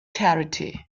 charity